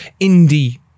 indie